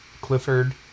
Clifford